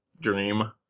dream